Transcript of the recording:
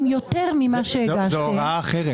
יותר ממה שהגשתם --- זו הוראה אחרת.